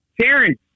Terrence